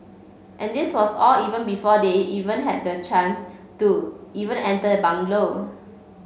and this was all even before they even had the chance to even enter the bungalow